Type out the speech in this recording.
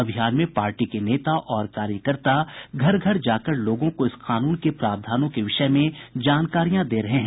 अभियान में पार्टी के नेता और कार्यकर्ता घर घर जाकर लोगों को इस कानून के प्रावधानों के विषय में जानकारियां दे रहे हैं